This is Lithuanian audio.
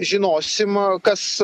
žinosim kas